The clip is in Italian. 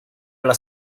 alla